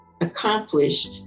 accomplished